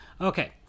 Okay